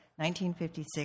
1956